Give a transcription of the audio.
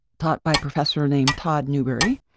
taught by professor named todd newberry,